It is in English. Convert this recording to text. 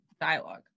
dialogue